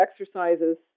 exercises